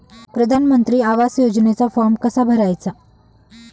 प्रधानमंत्री आवास योजनेचा फॉर्म कसा भरायचा?